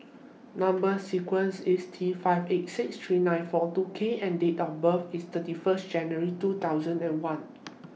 Number sequence IS T five eight six three nine four two K and Date of birth IS thirty First January two thousand and one